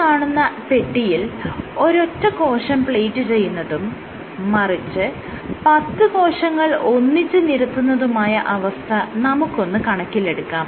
ഈ കാണുന്ന പെട്ടിയിൽ ഒരൊറ്റ കോശം പ്ലേറ്റ് ചെയ്യുന്നതും മറിച്ച് പത്ത് കോശങ്ങൾ ഒന്നിച്ച് നിരത്തുന്നതുമായ അവസ്ഥ നമുക്കൊന്ന് കണക്കിലെടുക്കാം